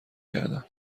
کردن